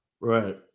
Right